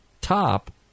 top